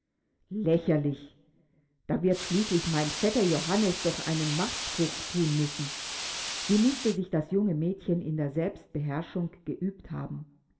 lächerlich da wird schließlich mein vetter johannes doch einen machtspruch thun müssen wie mußte sich das junge mädchen in der selbstbeherrschung geübt haben